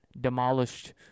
demolished